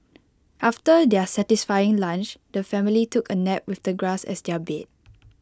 after their satisfying lunch the family took A nap with the grass as their bed